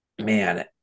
Man